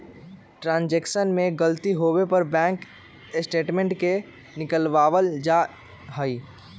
transaction में गलती होवे पर बैंक स्टेटमेंट के निकलवावल जा हई